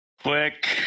Quick